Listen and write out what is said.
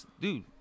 Dude